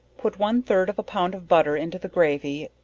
put one third of a pound of butter into the gravy,